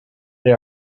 they